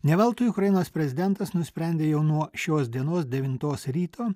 ne veltui ukrainos prezidentas nusprendė jau nuo šios dienos devintos ryto